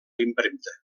impremta